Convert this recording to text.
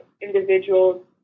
individuals